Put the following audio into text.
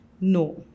no